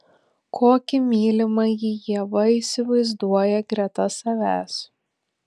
kokį mylimąjį ieva įsivaizduoja greta savęs